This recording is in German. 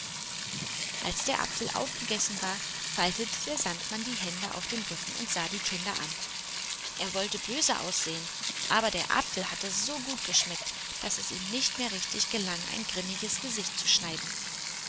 als der apfel aufgegessen war faltete der sandmann die hände auf dem rücken und sah die kinder an er wollte böse aussehen aber der apfel hatte so gut geschmeckt daß es ihm nicht mehr richtig gelang ein grimmiges gesicht zu schneiden